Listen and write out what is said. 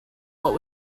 what